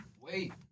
Wait